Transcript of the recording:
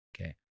Okay